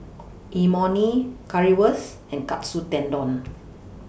Imoni Currywurst and Katsu Tendon